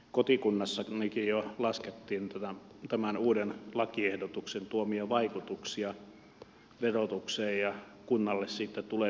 kotikunnassanikin jo laskettiin tämän uuden lakiehdotuksen tuomia vaikutuksia verotukseen ja kunnalle siitä tulevia tuloja